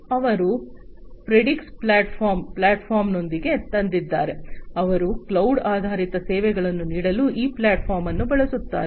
ಅವರು ಪ್ರಿಡಿಕ್ಸ್ ಪ್ಲಾಟ್ಫಾರ್ಮ್ನ ಪ್ಲಾಟ್ಫಾರ್ಮ್ನೊಂದಿಗೆ ತಂದಿದ್ದಾರೆ ಅವರು ಕ್ಲೌಡ್ ಆಧಾರಿತ ಸೇವೆಗಳನ್ನು ನೀಡಲು ಈ ಪ್ಲಾಟ್ಫಾರ್ಮ್ ಅನ್ನು ಬಳಸುತ್ತಾರೆ